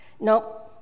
Nope